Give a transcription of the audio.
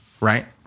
right